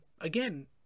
again